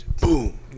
boom